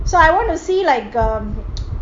so I want to see like um